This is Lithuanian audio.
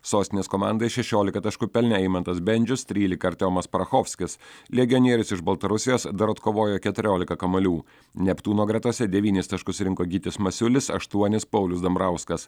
sostinės komandai šešiolika taškų pelnė eimantas bendžius trylika artiomas parachovskis legionierius iš baltarusijos dar atkovojo keturiolika kamuolių neptūno gretose devynis taškus rinko gytis masiulis aštuonis paulius dambrauskas